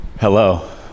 Hello